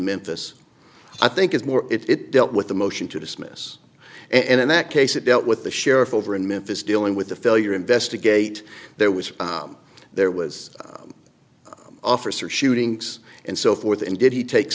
memphis i think is more it dealt with the motion to dismiss and in that case it dealt with the sheriff over in memphis dealing with the failure investigate there was there was officer shootings and so forth and did he take